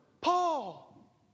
Paul